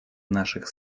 наших